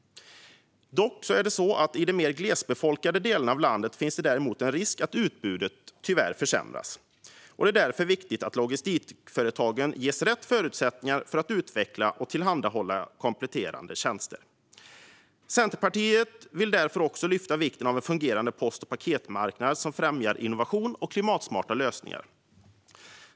I de mer glesbefolkade delarna av landet finns det däremot tyvärr en risk för att utbudet försämras, och det är därför viktigt att logistikföretagen ges rätt förutsättningar för att utveckla och tillhandahålla kompletterande tjänster. Centerpartiet vill därför också lyfta vikten av en fungerande post och paketmarknad, som främjar innovation och klimatsmarta lösningar.